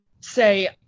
say